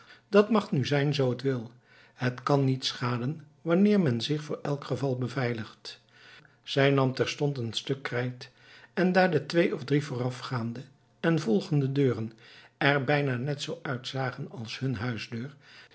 dat mag nu zijn zoo het wil het kan niet schaden wanneer men zich voor elk geval beveiligt zij nam terstond een stuk krijt en daar de twee of drie voorafgaande en volgende deuren er bijna net zoo uitzagen als hun